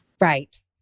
Right